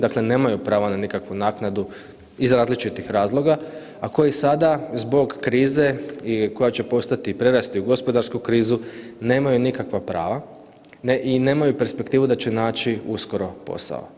Dakle, nemaju pravo na nikakvu naknadu iz različitih razloga, a kojih sada zbog krize koja će postati i prerasti u gospodarsku krizu nemaju nikakva prava i nemaju perspektivu da će naći uskoro posao.